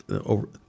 over